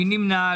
מי נמנע?